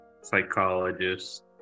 Psychologist